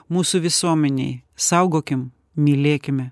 mūsų visuomenėj saugokim mylėkime